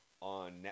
on